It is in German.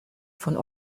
von